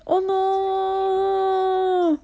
oh no